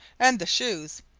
and the shoes.